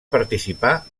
participar